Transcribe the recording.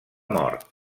mort